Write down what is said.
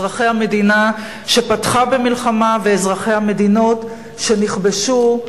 אזרחי המדינה שפתחה במלחמה ואזרחי המדינות שנכבשו,